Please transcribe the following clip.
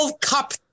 Cup